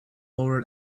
lower